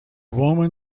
woman